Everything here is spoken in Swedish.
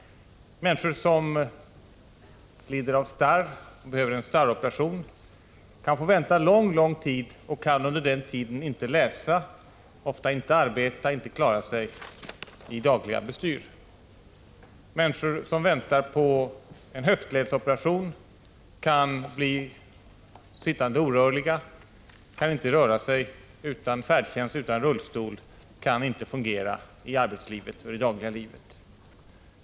Människor som lider av starr och behöver en starroperation kan få vänta lång, lång tid och kan under den tiden inte läsa, ofta inte arbeta och inte klara sig i dagliga bestyr. Människor som väntar på en höftledsoperation kan bli sittande orörliga, kan inte röra sig utan färdtjänst och utan rullstol, kan inte fungera i arbetslivet och i det dagliga livet.